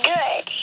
Good